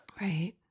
right